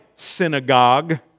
synagogue